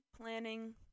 planning